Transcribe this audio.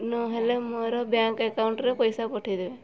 ନହେଲେ ମୋର ବ୍ୟାଙ୍କ୍ ଏକାଉଣ୍ଟ୍କୁ ପଇସା ପଠାଇଦେବେ